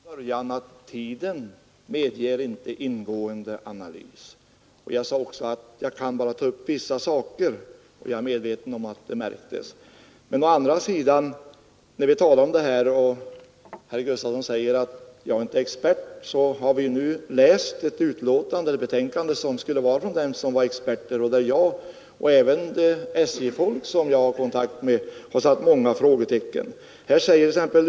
Herr talman! Jag sade redan från början att tiden inte medger ingående analys. Jag sade också att jag bara kunde ta upp vissa saker. Jag är medveten om att det märktes. Men å andra sidan — herr Gustafson i Göteborg påstår att jag inte är expert — har vi läst ett betänkande från dem som är experter, där jag och även SJ-folk som jag har kontakter med har satt många frågetecken.